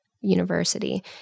university